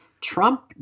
Trump